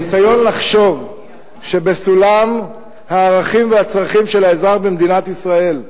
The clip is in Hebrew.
הניסיון לחשוב שבסולם הערכים והצרכים של האזרח במדינת ישראל,